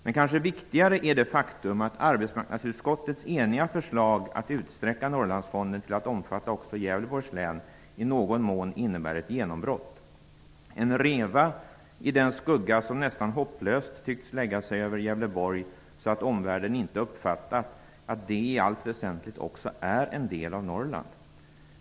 Men kanske viktigare är det faktum att arbetsmarknadsutskottets eniga förslag att utsträcka Norrlandsfonden till att omfatta också Gävleborgs län i någon mån innebär ett genombrott. Det är en reva i den skugga som nästan hopplöst tyckts lägga sig över Gävleborg, så att omvärlden inte uppfattat att Gävleborg i allt väsentligt också är en del av Norrland.